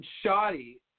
shoddy